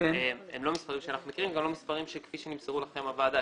אלה לא מספרים שאנחנו מכירים וגם לא מספרים כפי שנמסרו לוועדה.